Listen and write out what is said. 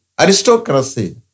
Aristocracy